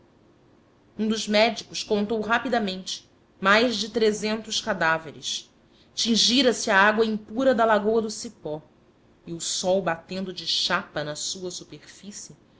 um dos médicos contou rapidamente mais de trezentos cadáveres tingira se a água impura da lagoa do cipó e o sol batendo de chapa na sua superfície